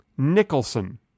Nicholson